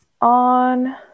on